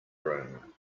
room